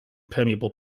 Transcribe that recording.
permeable